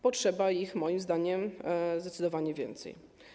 Potrzeba ich moim zdaniem zdecydowanie więcej.